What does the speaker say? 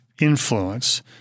influence